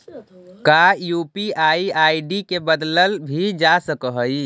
का UPI ID के बदलल भी जा सकऽ हई?